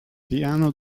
piano